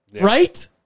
Right